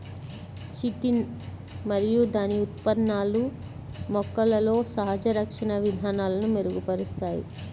chitin మరియు దాని ఉత్పన్నాలు మొక్కలలో సహజ రక్షణ విధానాలను మెరుగుపరుస్తాయి